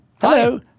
Hello